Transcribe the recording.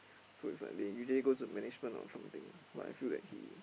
so it's like they usually go to management or something lah but I feel that he